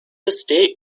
estate